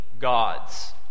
gods